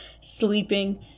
sleeping